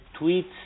tweets